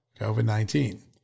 COVID-19